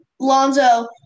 Lonzo